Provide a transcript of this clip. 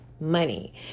money